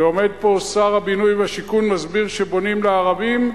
ועומד פה שר הבינוי והשיכון, מסביר שבונים לערבים,